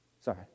Sorry